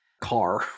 car